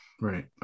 right